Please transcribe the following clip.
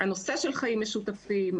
הנושא של חיים משותפים,